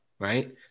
right